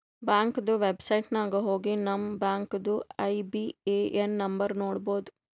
ಬ್ಯಾಂಕ್ದು ವೆಬ್ಸೈಟ್ ನಾಗ್ ಹೋಗಿ ನಮ್ ಬ್ಯಾಂಕ್ದು ಐ.ಬಿ.ಎ.ಎನ್ ನಂಬರ್ ನೋಡ್ಬೋದ್